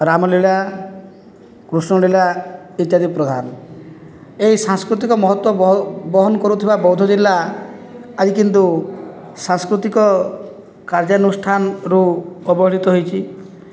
ରାମଲୀଳା କୃଷ୍ଣଲୀଳା ଇତ୍ୟାଦି ପ୍ରଧାନ ଏହି ସାଂସ୍କୃତିକ ମହତ୍ୱ ବହ ବହନ କରୁଥିବା ବଉଦ ଜିଲ୍ଲା ଆଜି କିନ୍ତୁ ସାଂସ୍କୃତିକ କାର୍ଯ୍ୟନୁଷ୍ଠାନରୁ ଅବହେଳିତ ହୋଇଛି